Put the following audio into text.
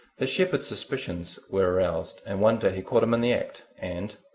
the shepherd's suspicions were aroused, and one day he caught him in the act and,